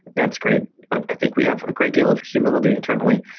that's great. but i think we have a great deal of humility internally.